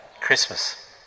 Christmas